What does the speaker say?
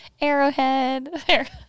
Arrowhead